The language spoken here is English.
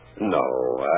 No